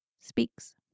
speaks